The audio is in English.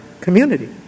community